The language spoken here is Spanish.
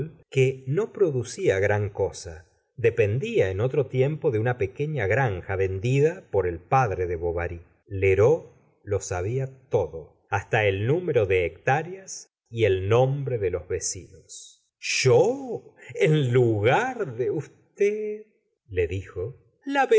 que no producía gran cosa dependía en otro tiempo d una pequeña granja vendida por el padre de bovary lheureux lo sabía todo hasta el número de hectáreas y el nombre de los vecinos yo en lugar de usted le dijo